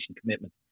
commitment